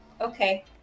Okay